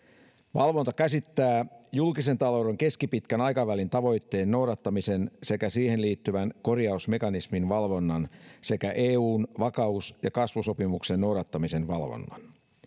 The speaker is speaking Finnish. valvonta käsittää julkisen talouden keskipitkän aikavälin tavoitteen noudattamisen sekä siihen liittyvän korjausmekanismin valvonnan sekä eun vakaus ja kasvusopimuksen noudattamisen valvonnan